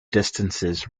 distances